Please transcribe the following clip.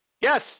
Yes